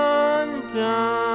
undone